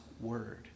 word